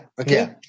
Okay